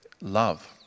Love